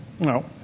No